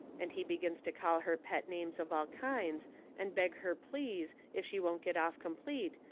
and he begins to call her pet names of all kinds and beg her please, if she won't get off complete,